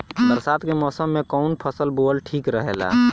बरसात के मौसम में कउन फसल बोअल ठिक रहेला?